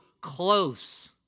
close